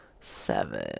Seven